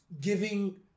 giving